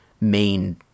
main